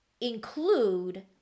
include